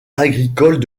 agricoles